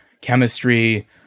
chemistry